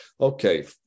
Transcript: Okay